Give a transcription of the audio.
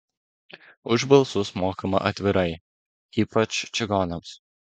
už balsus mokama atvirai ypač čigonams